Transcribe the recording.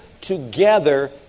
together